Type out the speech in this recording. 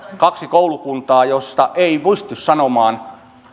kaksi koulukuntaa joista ei pysty sanomaan